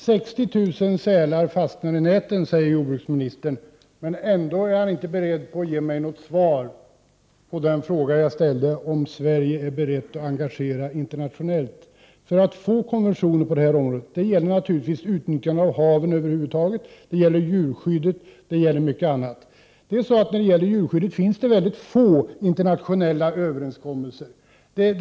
Herr talman! Jordbruksministern säger att 60 000 sälar fastnar i näten. Men han är ändå inte beredd att ge mig ett svar på den fråga jag ställde om Sverige är berett att agera internationellt för att få till stånd konventioner på det här området. Detta gäller naturligtvis utnyttjandet av havet över huvud taget, det gäller djurskyddet och mycket annat. Det finns mycket få internationella överenskommelser som gäller djurskyddet.